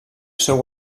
seu